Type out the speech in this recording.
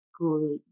great